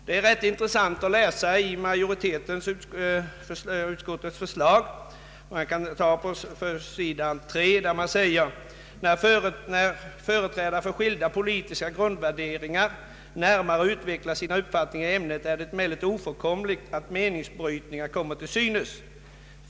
Det är rätt intressant att läsa utskottets utlåtande, där det står på s. 3: ”När företrädare för skilda politiska grundvärderingar närmare utvecklar sina uppfattningar i ämnet är det emellertid ofrånkomligt att meningsbryt ningar kommer till synes.